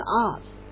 art